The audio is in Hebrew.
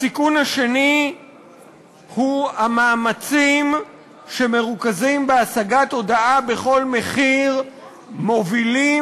הסיכון השני הוא שהמאמצים שמרוכזים בהשגת הודאה בכל מחיר מובילים